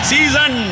Season